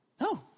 No